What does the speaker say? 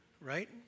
right